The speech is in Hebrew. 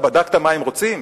בדקת מה הם רוצים?